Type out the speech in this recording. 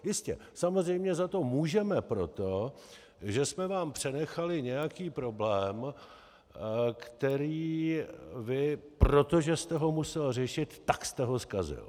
Jistě, samozřejmě za to můžeme proto, že jsme vám přenechali nějaký problém, který vy, protože jste ho musel řešit, tak jste ho zkazil.